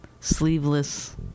sleeveless